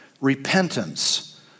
repentance